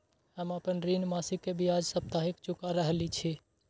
हम आपन ऋण मासिक के ब्याज साप्ताहिक चुका रहल छी